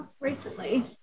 Recently